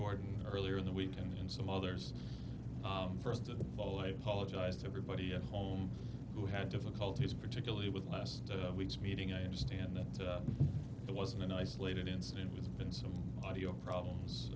gordon earlier in the week and some others first of all i apologize to everybody at home who had difficulties particularly with last week's meeting i understand that it wasn't an isolated incident it's been some audio problems